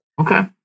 Okay